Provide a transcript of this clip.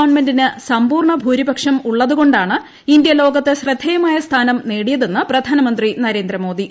ഗവൺമെന്റിന് സമ്പൂർണ്ണ ഭൂരിപക്ഷം ഉള്ളതു കൊണ്ടാണ് ഇന്ത്യ ലോകത്ത് ശ്രദ്ധേയമായ സ്ഥാനം നേടിയതെന്ന് പ്രധാനമന്ത്രി നരേന്ദ്ര മോദി